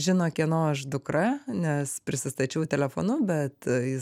žino kieno aš dukra nes prisistačiau telefonu bet jis